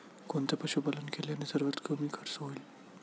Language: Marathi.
कोणते पशुपालन केल्याने सर्वात कमी खर्च होईल?